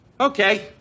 Okay